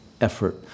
effort